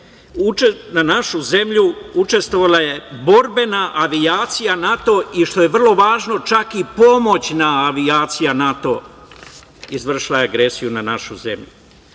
na našu zemlju učestvovala je borbena avijacija NATO i što je vrlo važno, čak i pomoćna avijacija NATO izvršila je agresiju na našu zemlju. Borbena